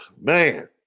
Man